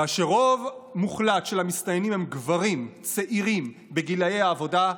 כאשר רוב מוחלט של המסתננים הם גברים צעירים בגילי העבודה,